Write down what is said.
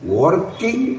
working